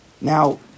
Now